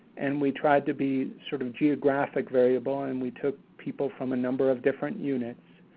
and we tried to be sort of geographic variable, and we took people from a number of different units.